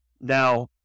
Now